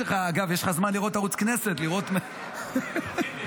שיש לך זמן לראות את ערוץ הכנסת --- שולחים לי.